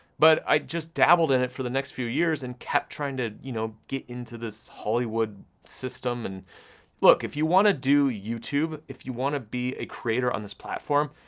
but i just dabbled in it for the next few years, and kept trying to, you know, get into this hollywood system, and look, if you wanna do youtube, if you wanna be a creator on this platform,